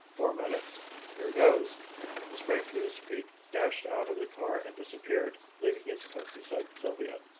four minutes here goes he sprang to his feet, dashed out of the car and disappeared, leaving his coat beside sylvia.